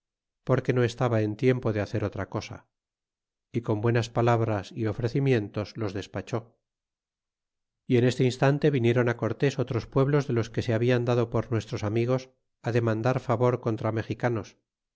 porque no estaba en tiempo de hacer otra cosa y con buenas palabras y ofrecimientos los despachó y en este instante vinieron cortes otros pueblos de los que se hablan dado por nuestros amigos demandar favor contra mexicanos